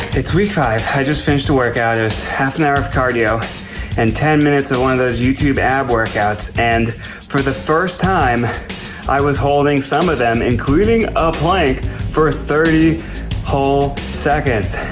it's week five. i just finished a workout. it was half an hour of cardio and ten minutes of one of those youtube ab workouts. and for the first time i was holding some of them, including a plank for thirty whole seconds.